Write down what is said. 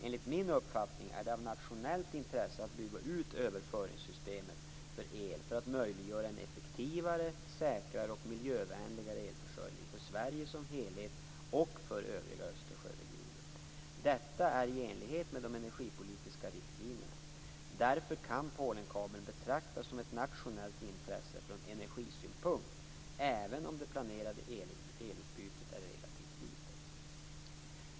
Enligt min uppfattning är det av nationellt intresse att bygga ut överföringssystemet för el för att möjliggöra en effektivare, säkrare och miljövänligare elförsörjning för Sverige som helhet och för övriga Östersjöregionen. Detta är i enlighet med de energipolitiska riktlinjerna. Därför kan Polenkabeln betraktas som ett nationellt intresse från energisynpunkt, även om det planerade elutbytet är relativt litet.